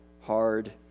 hard